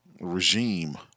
regime